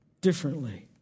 differently